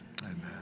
Amen